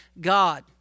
God